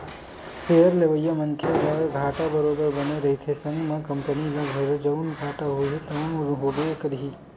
share लेवइया मनखे ल घाटा बरोबर बने रहिथे संग म कंपनी ल घलो जउन घाटा होही तउन होबे करही